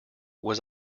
was